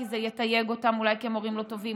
כי זה יתייג אותם אולי כמורים לא טובים,